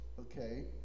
okay